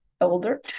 older